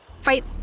fight